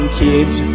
kids